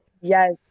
Yes